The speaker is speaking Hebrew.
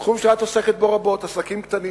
בתחום שאת עוסקת בו רבות: עסקים קטנים.